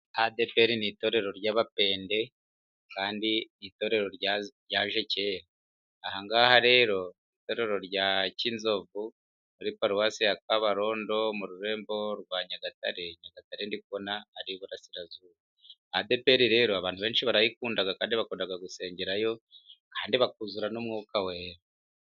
ADEPERI ni itorero ry'abapende kandi itorero ryaje kera. Aha ngaha rero itorero rya Kinzovu muri paruwasi ya Kabarondo mu rurembo rwa Nyagatare. Nyagatare ndi kubona ari iburasirazuba. ADEPERI rero abantu benshi barayikunda kandi bakunda gusengerayo kandi bakuzura n'umwuka wera.